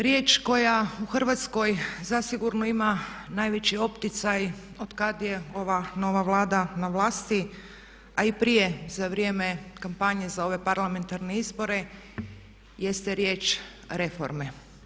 Riječ koja u Hrvatskoj zasigurno ima najveći opticaj od kad je ova nova Vlada na vlasti a i prije za vrijeme kampanje za ove parlamentarne izbore jeste riječ reforme.